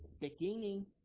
beginning